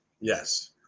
Yes